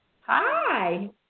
Hi